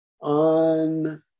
on